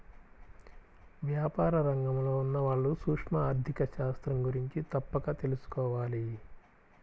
వ్యాపార రంగంలో ఉన్నవాళ్ళు సూక్ష్మ ఆర్ధిక శాస్త్రం గురించి తప్పక తెలుసుకోవాలి